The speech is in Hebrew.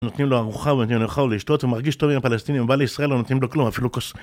נותנים לו ארוחה ונותנים לו לאכול ולשתות ומרגיש טוב עם הפלסטינים ובא לישראל ולא נותנים לו כלום, אפילו כוס